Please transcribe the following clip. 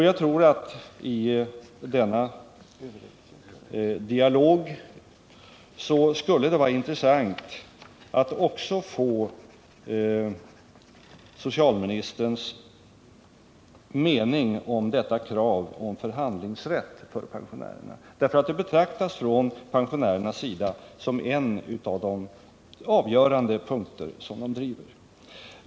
Jag tror att i denna dialog skulle det vara intressant att också få höra socialministerns mening om detta krav på förhandlingsrätt för pensionärerna, därför att det betraktas från pensionärernas sida som en av de avgörande punkter som de driver.